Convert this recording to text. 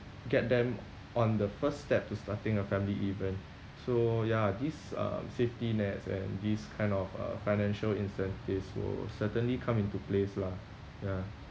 get them on the first step to starting a family even so ya this uh safety nets and this kind of uh financial incentives will certainly come into place lah ya